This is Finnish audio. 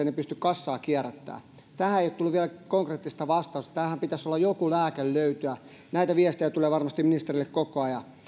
ne pysty kassaa kierrättämään tähän ei ole tullut vielä konkreettista vastausta tähän pitäisi joku lääke löytyä näitä viestejä tulee varmasti ministerille koko ajan